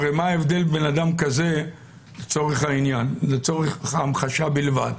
לצורך ההמחשה בלבד,